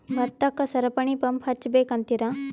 ಭತ್ತಕ್ಕ ಸರಪಣಿ ಪಂಪ್ ಹಚ್ಚಬೇಕ್ ಅಂತಿರಾ?